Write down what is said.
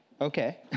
Okay